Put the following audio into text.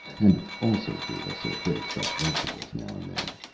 and also gave us a bit of fresh vegetables now and then.